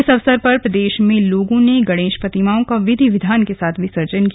इस अवसर पर प्रदेश में लोगों ने गणेश प्रतिमाओं का विधि विधान के साथ विसर्जन किया